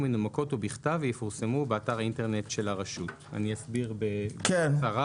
מנומקות ובכתב ויפורסמו באתר האינטרנט של הרשות." אני אסביר בקצרה.